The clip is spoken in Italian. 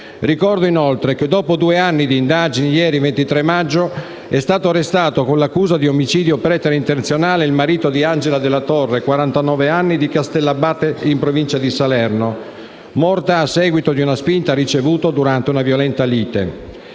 Ricordo, inoltre, che dopo due anni di indagini, ieri, 23 maggio, è stato arrestato con l'accusa di omicidio preterintenzionale, il marito di Angela Della Torre, quarantanove anni, di Castellabbate, in provincia di Salerno, morta a seguito di una spinta ricevuta durante una violenta lite.